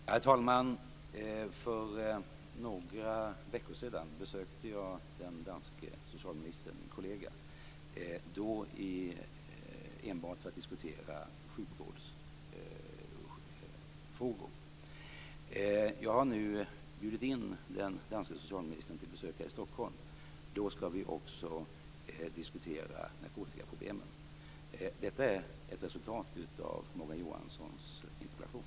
Herr talman! För några veckor sedan besökte jag den danska socialministern, min kollega. Då diskuterade vi enbart sjukvårdsfrågor. Jag har nu bjudit in den danska socialministern att besöka Stockholm. Då skall vi också diskutera narkotikaproblemen. Detta är ett resultat av Morgan Johanssons interpellation.